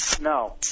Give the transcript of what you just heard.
No